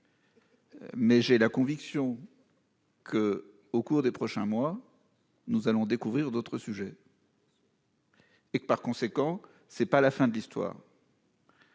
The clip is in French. mais j'ai la conviction que, au cours des prochains mois, nous en découvrirons d'autres. Par conséquent, ce n'est pas la fin de l'histoire